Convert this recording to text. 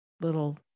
little